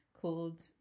called